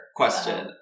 question